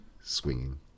swinging